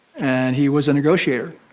and he was a negotiator.